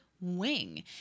wing